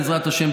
בעזרת השם,